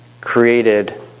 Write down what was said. created